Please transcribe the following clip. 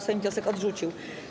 Sejm wniosek odrzucił.